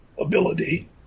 ability